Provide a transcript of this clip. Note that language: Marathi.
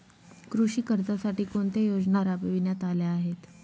कृषी कर्जासाठी कोणत्या योजना राबविण्यात आल्या आहेत?